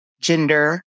gender